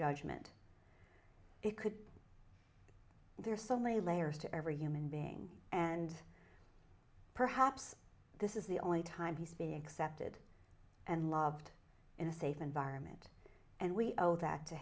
judgment it could be there are so many layers to every human being and perhaps this is the only time he's being accepted and loved in a safe environment and we owe that to